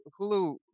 Hulu